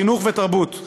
חינוך ותרבות,